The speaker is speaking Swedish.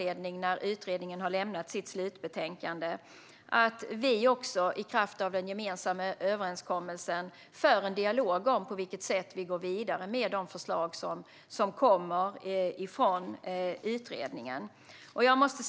När utredningen har lämnat sitt slutbetänkande kan det också finnas anledning för oss att i kraft av den gemensamma överenskommelsen föra en dialog om på vilket sätt vi går vidare med de förslag som kommer från utredningen.